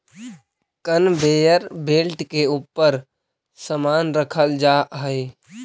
conveyor belt के ऊपर समान रखल जा हई